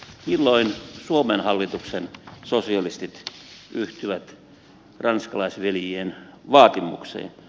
milloin suomen hallituksen sosialistit yhtyvät ranskalaisveljien vaatimukseen